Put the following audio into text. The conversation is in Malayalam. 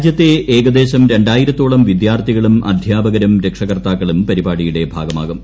രാജ്യത്തെ ഏകദ്ദേശ്ര രണ്ടായിരത്തോളം വിദ്യാർത്ഥികളും അധ്യാപകരും രക്ഷാകർത്താഴ്ക്കളും പരിപാടിയുടെ ഭാഗമാകും